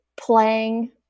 playing